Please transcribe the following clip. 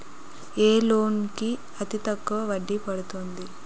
ఏ loan కి అతి తక్కువ వడ్డీ పడుతుంది?